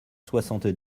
soixante